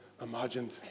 imagined